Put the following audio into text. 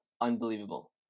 unbelievable